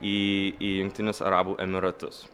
į į jungtinius arabų emiratus